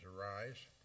arise